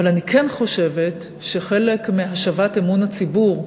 אבל אני כן חושבת שחלק מהשבת אמון הציבור,